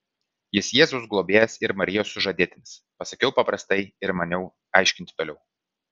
jis jėzaus globėjas ir marijos sužadėtinis pasakiau paprastai ir maniau aiškinti toliau